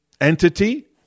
entity